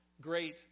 great